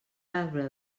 arbre